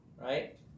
right